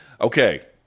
okay